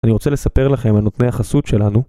אני רוצה לספר לכם על נותני החסות שלנו